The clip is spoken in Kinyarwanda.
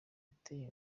yateye